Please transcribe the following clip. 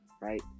right